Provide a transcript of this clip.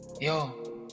Yo